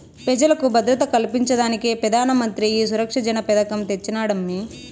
పెజలకు భద్రత కల్పించేదానికే పెదానమంత్రి ఈ సురక్ష జన పెదకం తెచ్చినాడమ్మీ